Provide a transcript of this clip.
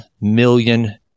million